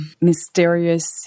mysterious